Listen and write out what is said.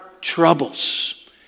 troubles